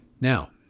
Now